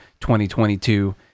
2022